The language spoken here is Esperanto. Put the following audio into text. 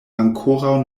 ankoraŭ